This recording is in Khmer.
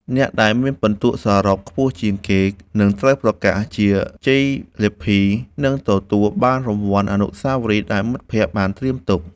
អ្នកដែលមានពិន្ទុសរុបខ្ពស់ជាងគេនឹងត្រូវប្រកាសជាជ័យលាភី និងទទួលបានរង្វាន់អនុស្សាវរីយ៍ដែលមិត្តភក្តិបានត្រៀមទុក។